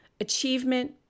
Achievement